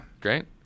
Great